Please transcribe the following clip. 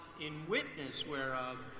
in witness whereof,